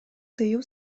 тыюу